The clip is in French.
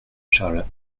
charles